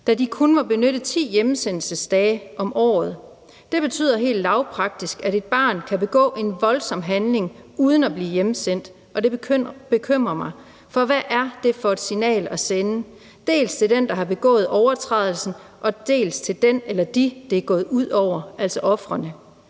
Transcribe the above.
da de kun må benytte 10 hjemsendelsesdage om året. Det betyder helt lavpraktisk, at et barn kan begå en voldsom handling uden at blive hjemsendt, og det bekymrer mig. For hvad er det for et signal at sende, dels til den, der har begået overtrædelsen, dels til den eller dem, det er gået ud over, altså ofrene,